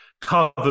covered